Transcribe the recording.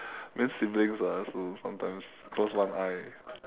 means siblings ah so sometimes close one eye